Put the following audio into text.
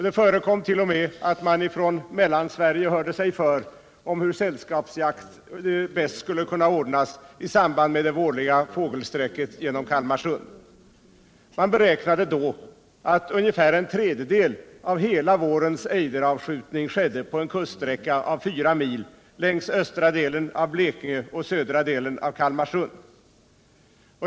Det förekom t.o.m. att man i Mellansverige hörde sig för om hur sällskapsjakt bäst skulle kunna ordnas i samband med det vårliga fågelsträcket genom Kalmarsund. Man beräknade då att ungefär en tredjedel av hela vårens ejderavskjutning skedde på en kuststräcka av fyra mil, längs östra delen av Blekinge och södra delen av Kalmarsund.